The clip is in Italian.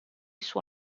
suo